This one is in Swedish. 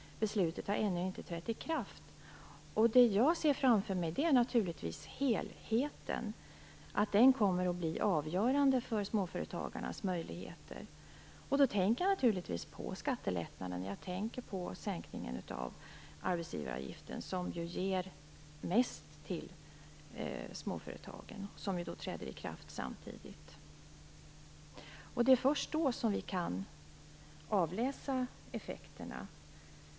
Beslutet har ännu inte trätt i kraft. Det jag ser framför mig är naturligtvis helheten. Den kommer att bli avgörande för småföretagarnas möjligheter. Då tänker jag på skattelättnaderna och sänkningen av arbetsgivaravgiften, som ger mest till småföretagen och som träder i kraft samtidigt. Det är först då som vi kan avläsa effekterna.